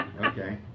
Okay